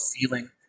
feeling